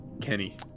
Kenny